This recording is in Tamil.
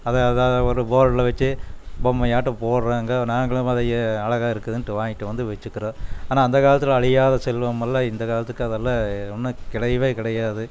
அதை அதை ஒரு போர்ட்ல வச்சு பொம்மையாட்டம் போடுறாங்க நாங்களும் அதை அழகாக இருக்குதுன்ட்டு வாங்கிட்டு வந்து வச்சிக்கிறோம் ஆனால் அந்த காலத்தில் அழியாத செல்வமெல்லாம் இந்த காலத்துக்கு அது எல்லாம் ஒன்றும் கிடையவே கிடையாது